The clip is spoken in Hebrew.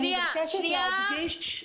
סליחה, אני לא רוצה מידע כללי.